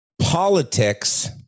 politics